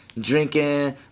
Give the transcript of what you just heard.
drinking